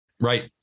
Right